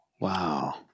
Wow